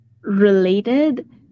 related